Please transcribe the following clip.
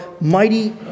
mighty